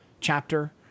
chapter